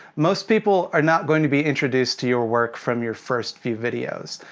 most people are not going to be introduced to your work from your first few videos.